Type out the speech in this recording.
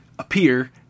appear